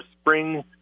spring